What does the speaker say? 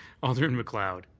alderman macleod.